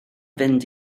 fynd